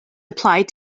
applied